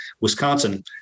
wisconsin